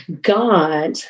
God